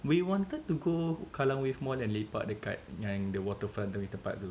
we wanted to go kallang wave mall and lepak dekat waterfront punya tempat tu